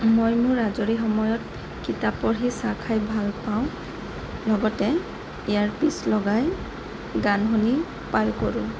মই মোৰ আজৰি সময়ত কিতাপ পঢ়ি চাহ খাই ভাল পাওঁ লগতে ইয়াৰ পিচ লগাই গান শুনি পাৰ কৰোঁ